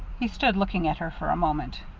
he stood looking at her for a moment.